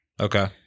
Okay